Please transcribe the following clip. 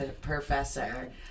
professor